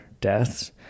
deaths